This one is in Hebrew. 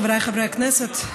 חבריי חברי הכנסת,